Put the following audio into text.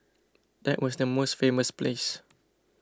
that was the most famous place